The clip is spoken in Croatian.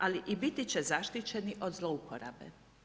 Ali i biti će zaštićeni od zlouporabe.